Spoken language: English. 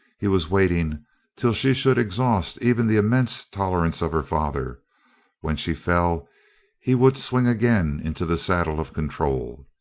he was waiting till she should exhaust even the immense tolerance of her father when she fell he would swing again into the saddle of control.